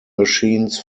machines